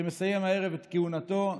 שמסיים הערב את כהונתו,